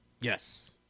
Yes